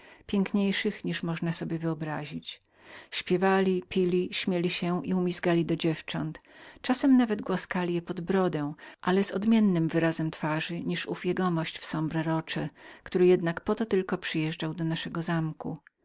piękniejszych niż można sobie wyobrazić śpiewali pili śmieli się i umizgali do dziewcząt czasami nawet głaskali je pod brody ale z cale odmiennym wyrazem twarzy niż pan de sombre roche który jednak po to tylko przyjeżdżał do naszego zamku